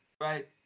right